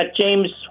James